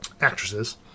actresses